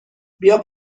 بیا